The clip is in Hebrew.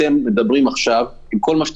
שאתם אומרים לפתוח,